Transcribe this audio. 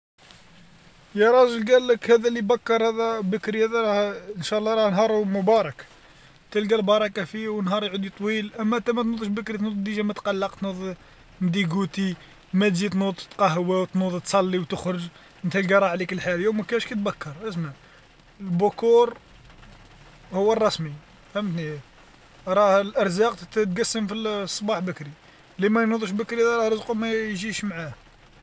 يا راجل قال لك هذا اللي بكر هذا بكري هذا راه ان شاء الله راه نهاره مبارك، تلقى البركة فيه ونهاري يعدي طويل، أما انت ما تنوضش بكري تنوض تجي متقلقش تنوض مديقوتي ما جي تنوض تتقهوى وتنوض تصلي وتخرج، تلقا راح عليك عليك الحال ياو ما كانش كي تبكر، أسمع البكور هوا الرسمي فهمتني، راه الأرزاق تتقسم في الصباح بكري، اللي ما ينوضش بكري راه رزقه ما يجيش معاه.